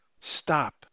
Stop